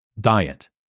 diet